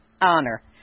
honor